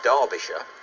Derbyshire